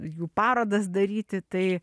jų parodas daryti tai